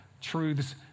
truths